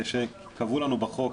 קבעו לנו בחוק